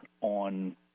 on